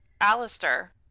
Alistair